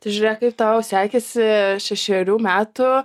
tai žiūrėk kaip tau sekėsi šešerių metų